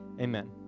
Amen